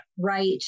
right